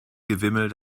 gewimmel